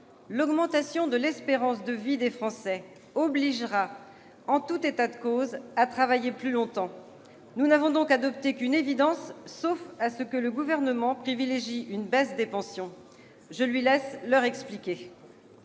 l'augmentation de l'espérance de vie des Français obligera, en tout état de cause, à travailler plus longtemps. Nous n'avons donc adopté qu'une évidence, sauf à ce que le Gouvernement privilégie une baisse des pensions. Je lui laisse l'expliquer